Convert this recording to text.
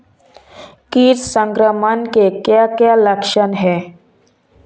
कीट संक्रमण के क्या क्या लक्षण हैं?